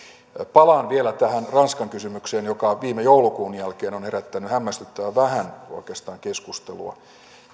palaan vielä tähän ranskan kysymykseen joka viime joulukuun jälkeen on herättänyt oikeastaan hämmästyttävän vähän keskustelua